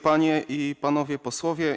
Panie i Panowie Posłowie!